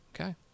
Okay